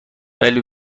ولی